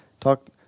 Talk